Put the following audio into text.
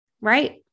Right